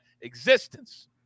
existence